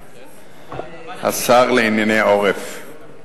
השר לענייני העורף,